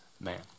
man